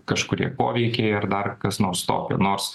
kažkurie poveikiai ar dar kas nors tokio nors